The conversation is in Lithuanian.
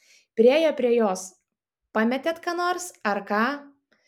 priėjo prie jos pametėt ką nors ar ką